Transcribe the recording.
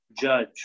judge